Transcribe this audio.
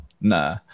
Nah